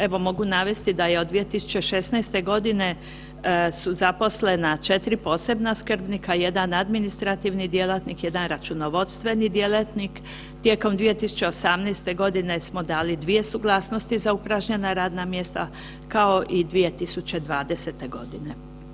Evo, mogu navesti da je od 2016. godine su zaposlena 4 posebna skrbnika, 1 administrativni djelatnik, 1 računovodstveni djelatnik, tijekom 2018. godine smo dali 2 suglasnosti za upražnjena radna mjesta kao i 2020. godine.